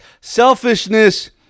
selfishness